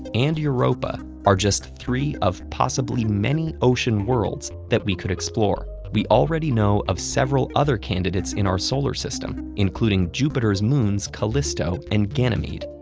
and europa are just three of possibly many ocean worlds that we could explore. we already know of several other candidates in our solar system, including jupiter's moons callisto and ganymede,